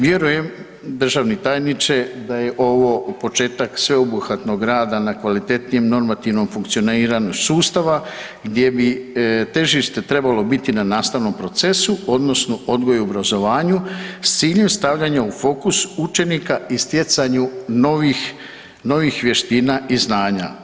Vjerujem državni tajniče da je ovo početak sveobuhvatnog rada na kvalitetnijem normativnom funkcioniranju sustava gdje bi težište trebalo biti na nastavnom procesu odnosno odgoju i obrazovanju s ciljem stavljanja u fokus učenika i stjecanju novih, novih vještina i znanja.